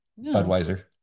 budweiser